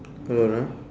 hold on ah